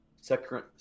Second